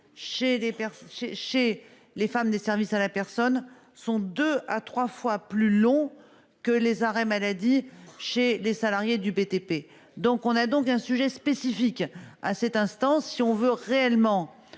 des femmes des services à la personne sont deux à trois fois plus longs que les arrêts maladie des salariés du BTP. Il y a donc là un sujet spécifique, si l'on veut réellement